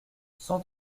cent